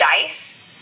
dice